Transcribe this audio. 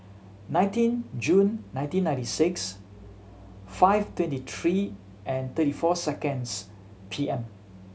nineteen June nineteen ninety six five twenty three and thirty four seconds P M